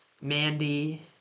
mandy